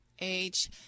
age